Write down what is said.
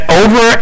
over